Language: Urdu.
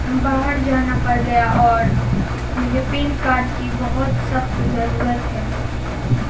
باہر جانا پڑ گیا اور مجھے پین کارڈ کی بہت سخت ضرورت ہے